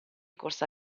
corsa